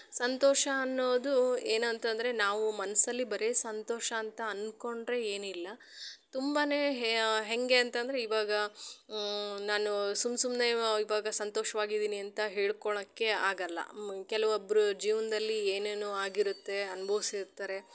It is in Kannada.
ಸಂತೋಷ ಅನ್ನೋದು ಏನಂತಂದರೆ ನಾವು ಮನಸ್ಸಲ್ಲಿ ಬರೀ ಸಂತೋಷ ಅಂತ ಅನ್ಕೊಂಡರೆ ಏನಿಲ್ಲ ತುಂಬಾ ಹೇಗೆ ಅಂತಂದರೆ ಇವಾಗ ನಾನೂ ಸುಮ್ ಸುಮ್ಮನೆ ಇವು ಇವಾಗ ಸಂತೋಷ್ವಾಗಿದೀನಿ ಅಂತ ಹೇಳ್ಕೊಳೋಕ್ಕೆ ಆಗೋಲ್ಲ ಕೆಲವೊಬ್ಬರ ಜೀವನದಲ್ಲಿ ಏನೇನೋ ಆಗಿರುತ್ತೆ ಅನ್ಬೋಸಿರ್ತಾರೆ